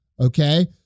okay